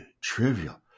trivial